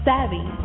Savvy